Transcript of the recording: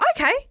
okay